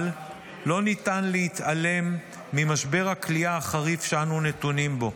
אבל לא ניתן להתעלם ממשבר הכליאה החריף שאנו נתונים בו.